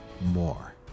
more